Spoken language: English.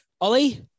Ollie